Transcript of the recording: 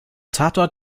tatort